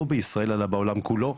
לא בישראל אלא בעולם כולו,